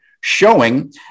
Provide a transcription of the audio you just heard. showing